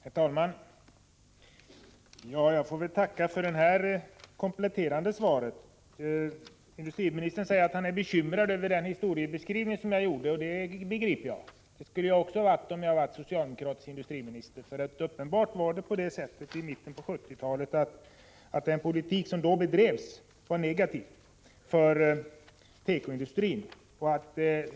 Herr talman! Jag får väl tacka för det här kompletterande svaret. Industriministern säger att han är bekymrad över den historiebeskrivning som jag gjorde, och det begriper jag — det skulle jag också ha varit om jag varit socialdemokratisk industriminister. Den politik som bedrevs i mitten på 1970-talet var uppenbarligen negativ för tekoindustrin.